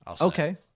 Okay